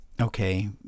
okay